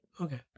Okay